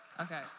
Okay